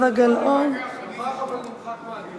נוכח, אבל נמחק מהדיון.